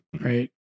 right